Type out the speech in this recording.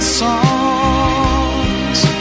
songs